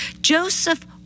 Joseph